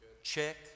check